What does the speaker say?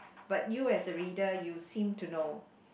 but you as a reader you seem to know